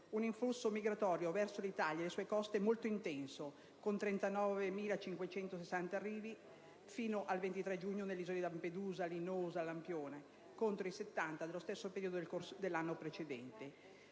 un flusso migratorio verso l'Italia e le sue coste molto intenso, con 39.560 arrivi, fino al 23 giugno, sulle isole di Lampedusa, Linosa e Lampione, contro i 70 dello stesso periodo dell'anno precedente.